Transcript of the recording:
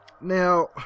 Now